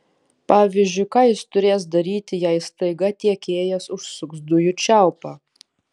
pavyzdžiui ką jis turės daryti jei staiga tiekėjas užsuks dujų čiaupą